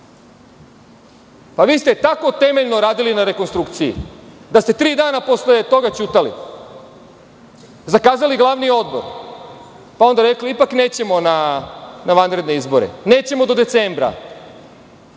LDP.Vi ste tako temeljno radili na rekonstrukciji da ste tri dana posle toga ćutali, zakazali glavni odbor, pa onda rekli – mi ipak nećemo na vanredne izbore, nećemo do decembra,